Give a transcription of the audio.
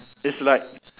it's like